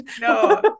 No